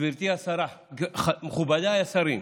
גברתי השרה, מכובדיי השרים,